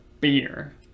beer